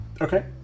Okay